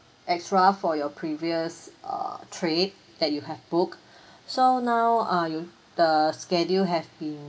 extra for your previous err trip that you have book so now uh you the schedule have been